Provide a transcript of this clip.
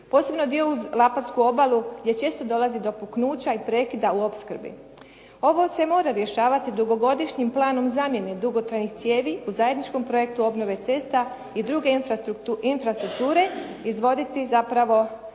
se ne razumije./… obalu gdje često dolazi do puknuća i prekida u opskrbi. Ovo se mora rješavati dugogodišnjim planom zamjene dugotrajnih cijevi u zajedničkom projektu obnove cesta i druge infrastrukture izvoditi zapravo